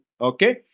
okay